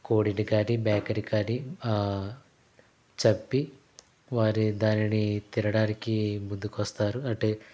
కోడిని కాని మేకను కాని చంపి వారి దానిని తినడానికి ముందుకు వస్తారు అంటే